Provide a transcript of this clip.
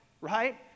right